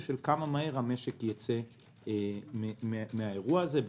של מהירות היציאה של המשק מהאירוע הזה.